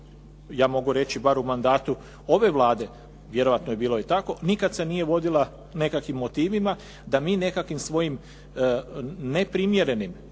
ja mogu reći bar u mandatu ove Vlade, vjerojatno je bilo i tako, nikad se nije vodila nekakvim motivima da mi nekakvim svojim neprimjerenim